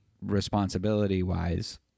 responsibility-wise